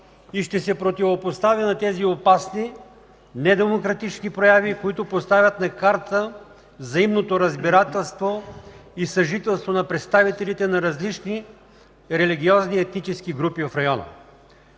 и ще се противопостави на тези опасни недемократични прояви, които поставят на карта взаимното разбирателство и съжителство на представителите на различни религиозни и етнически групи в района.”